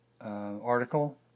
article